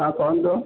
ହଁ କୁହନ୍ତୁ